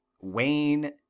Wayne